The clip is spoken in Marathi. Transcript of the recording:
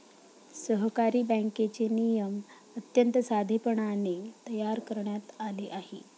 सहकारी बँकेचे नियम अत्यंत साधेपणाने तयार करण्यात आले आहेत